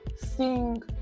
sing